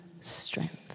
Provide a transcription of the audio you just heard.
strength